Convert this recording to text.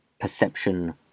perception